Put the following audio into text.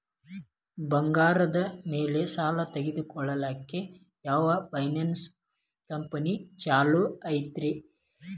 ಬಂಗಾರದ ಮ್ಯಾಲೆ ಸಾಲ ತಗೊಳಾಕ ಯಾವ್ ಫೈನಾನ್ಸ್ ಕಂಪನಿ ಛೊಲೊ ಐತ್ರಿ?